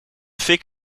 fik